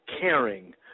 caring